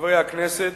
חברי הכנסת,